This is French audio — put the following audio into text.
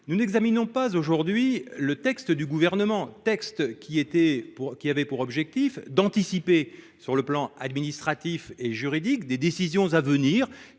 Nous n'examinons pas aujourd'hui le texte du Gouvernement, dont l'objectif était d'anticiper sur les plans administratif et juridique les décisions à venir,